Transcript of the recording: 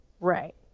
Right